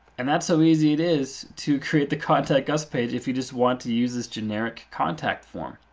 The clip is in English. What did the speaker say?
and that's how easy it is to create the contact us page if you just want to use this generic contact form.